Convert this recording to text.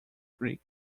creek